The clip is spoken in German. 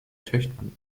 töchtern